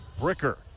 bricker